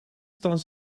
staan